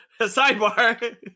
Sidebar